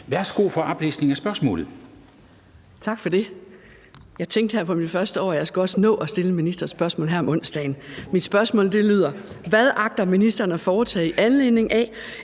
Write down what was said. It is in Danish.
Værsgo for oplæsning af spørgsmålet. Kl. 16:03 Mona Juul (KF): Tak for det. Jeg tænkte, at jeg her i mit første år også skulle nå at stille ministeren spørgsmål her om onsdagen. Mit spørgsmål lyder: Hvad agter ministeren at foretage, i anledning af